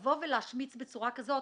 אז לבוא ולהשמיץ בצורה כזאת...